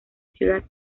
ciudad